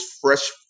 fresh